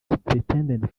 superintendent